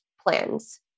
plans